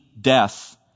death